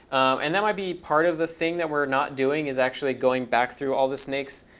and that might be part of the thing that we're not doing is actually going back through all the snakes.